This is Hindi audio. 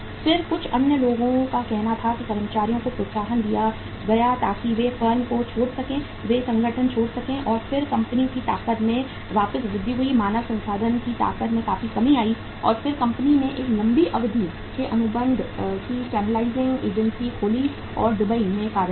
फिर कुछ अन्य लोगों का कहना था कि कर्मचारियों को प्रोत्साहन दिया गया ताकि वे फर्म को छोड़ सकें वे संगठन छोड़ सकें और फिर कंपनी की ताकत में काफी वृद्धि हुई मानव संसाधन की ताकत में काफी कमी आई और फिर कंपनी ने एक लंबी अवधि के अनुबंध की चैनलाइजिंग एजेंसी खोली या दुबई में कार्यालय